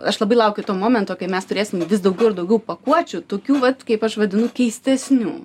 aš labai laukiu to momento kai mes turėsim vis daugiau ir daugiau pakuočių tokių vat kaip aš vadinu keistesnių